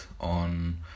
on